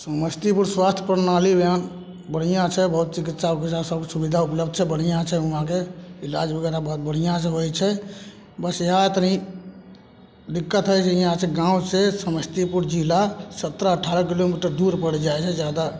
समस्तीपुर स्वास्थ्य प्रणाली यहाँ बढ़िआँ छै बहुत चिकित्सा उकित्सा सब सुविधा उपलब्ध छै बढ़िआँ छै हुआँके इलाज वगैरह बहुत बढ़िआँसँ होइ छै बस इएह तनि दिक्कत हो जाइ छै हियाँसे गामसे समस्तीपुर जिला सतरह अठारह किलोमीटर दूर पड़ि जाइ छै जादा